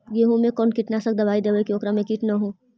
गेहूं में कोन कीटनाशक दबाइ देबै कि ओकरा मे किट न हो?